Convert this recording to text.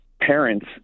parents